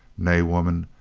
nay, woman,